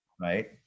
Right